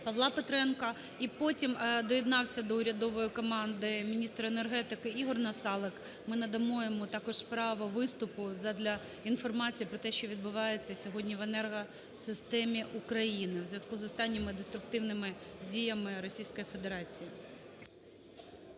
Павла Петренка. І потім доєднався до урядової команди міністр енергетики ІгорНасалик. Ми надамо йому також право виступу задля інформації про те, що відбувається сьогодні в енергосистемі України в зв'язку із останніми деструктивними діями Російської Федерації.